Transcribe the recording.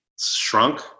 shrunk